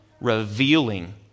revealing